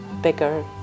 bigger